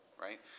right